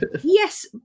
Yes